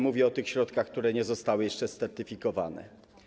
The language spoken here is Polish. Mówię o tych środkach, które nie zostały jeszcze scertyfikowane.